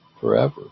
forever